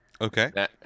Okay